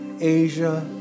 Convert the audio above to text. Asia